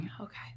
Okay